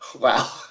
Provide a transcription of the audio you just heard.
wow